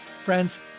Friends